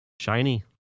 shiny